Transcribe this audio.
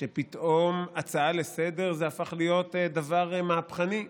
שפתאום הצעה לסדר-היום הפכה להיות דבר מהפכני,